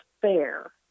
fair